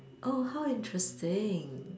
oh how interesting